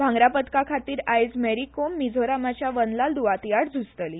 भांगरा पदका खातीर आज मेरी कॉम मिझोरामाच्या वनलाल द्वाती आड झुजतली